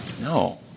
No